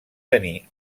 tenir